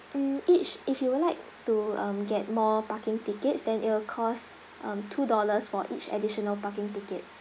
mm each if you would like to um get more parking tickets then it'll cost um two dollars for each additional parking ticket